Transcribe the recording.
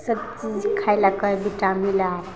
सबचीज खाइलए कहै हइ विटामिन आओर